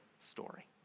story